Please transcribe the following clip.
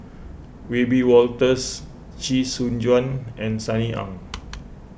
Wiebe Wolters Chee Soon Juan and Sunny Ang